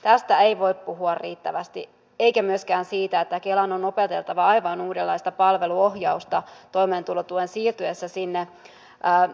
tästä ei voi puhua riittävästi eikä myöskään siitä että kelan on opeteltava aivan uudenlaista palveluohjausta toimeentulotuen siirtyessä sinne